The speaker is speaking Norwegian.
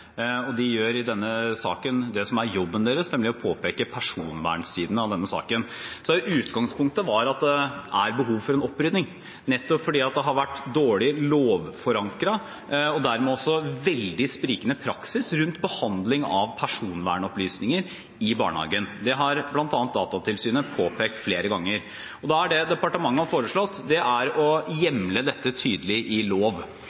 og de gjør i denne saken det som er jobben deres, nemlig å påpeke personvernsiden av denne saken. Utgangspunktet var at det var behov for en opprydding, nettopp fordi det har vært dårlig forankret i lov. Dermed har det også vært en veldig sprikende praksis rundt behandlingen av personvernopplysninger i barnehagen. Det har bl.a. Datatilsynet påpekt flere ganger. Det departementet har foreslått, er å hjemle dette tydelig i lov.